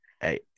hey